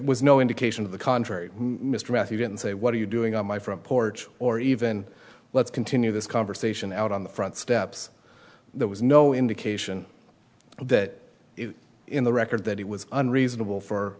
was no indication of the contrary mr matthew didn't say what are you doing on my front porch or even let's continue this conversation out on the front steps there was no indication of that in the record that he was unreasonable for